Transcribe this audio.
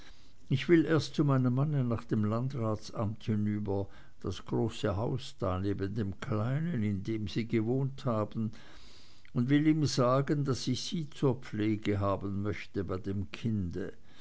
ich will erst zu meinem mann nach dem landratsamt hinüber das große haus da neben dem kleinen in dem sie gewohnt haben und will ihm sagen daß ich sie zur pflege haben möchte bei dem kinde